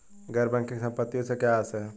गैर बैंकिंग संपत्तियों से क्या आशय है?